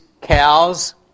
cows